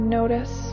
notice